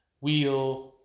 wheel